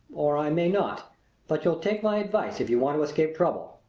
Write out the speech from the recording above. or i may not but you'll take my advice if you want to escape trouble.